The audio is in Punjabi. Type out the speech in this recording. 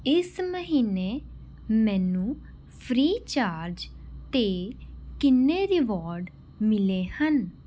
ਇਸ ਮਹੀਨੇ ਮੈਨੂੰ ਫ੍ਰੀ ਚਾਰਜ ਅਤੇ ਕਿੰਨੇ ਰਿਵਾਰਡ ਮਿਲੇ ਹਨ